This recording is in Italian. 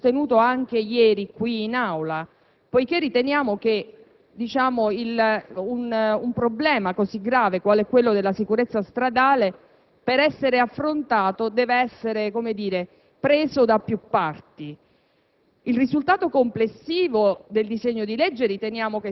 brevi. Ci convince l'impostazione generale che il Ministro ha sostenuto anche ieri, qui in Aula, poiché riteniamo che un problema così grave, come quello della sicurezza stradale, per essere affrontato in modo adeguato